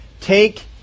Take